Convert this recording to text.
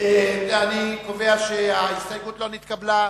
אני קובע שהסתייגות לסעיף 37 לא נתקבלה.